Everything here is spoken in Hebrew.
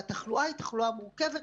והתחלואה היא תחלואה מורכבת,